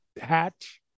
hatch